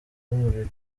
n’umuriro